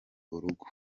urugo